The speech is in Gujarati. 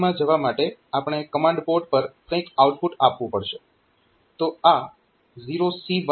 બીજી લાઇનમાં જવા માટે આપણે કમાન્ડ પોર્ટ પર કંઈક આઉટપુટ આપવું પડશે